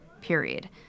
period